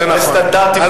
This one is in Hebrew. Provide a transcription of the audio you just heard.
אז אתה, בסטנדרטים,